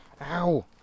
Ow